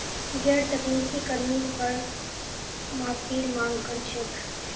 गैर तकनीकी कर्मी कर माफीर मांग कर छेक